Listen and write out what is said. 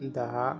दहा